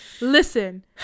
listen